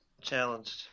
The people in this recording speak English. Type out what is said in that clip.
challenged